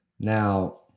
Now